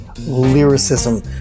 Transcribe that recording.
lyricism